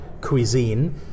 cuisine